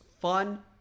fun